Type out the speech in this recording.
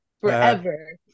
forever